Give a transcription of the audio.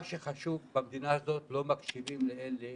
מה שחשוב, במדינה הזאת לא מקשיבים לאלה